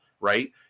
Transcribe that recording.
right